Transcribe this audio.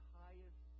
highest